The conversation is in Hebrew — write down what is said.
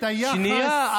שנייה.